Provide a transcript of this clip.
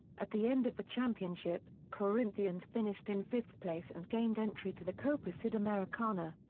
at the end of the championship, corinthians finished in fifth place and gained entry to the copa sudamericana.